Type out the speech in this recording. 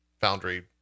Foundry